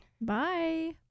Bye